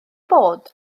bod